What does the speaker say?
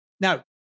Now